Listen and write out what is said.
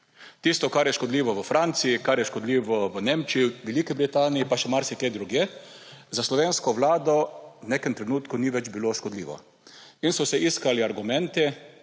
Tisto, kar je škodljivo v Franciji, kar je škodljivo v Nemčiji, Veliki Britaniji, pa še marsikje drugje, za slovensko Vlado v nekem trenutku ni več bilo škodljivo in so se iskali argumenti,